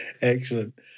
Excellent